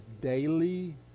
daily